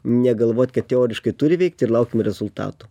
negalvot kad teoriškai turi veikt ir laukiam rezultatų